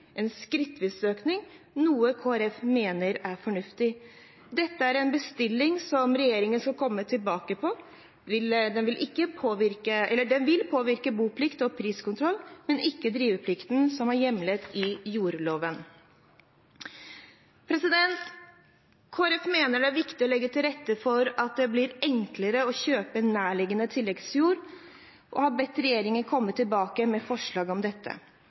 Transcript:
en skrittvis økning, noe Kristelig Folkeparti mener er fornuftig. Dette er en bestilling som regjeringen vil komme tilbake til. Dette vil påvirke boplikten og priskontrollen, men ikke driveplikten, som er hjemlet i jordloven. Kristelig Folkeparti mener det er viktig å legge til rette for at det blir enklere å kjøpe nærliggende tilleggsjord, og har bedt regjeringen komme tilbake med forslag om dette.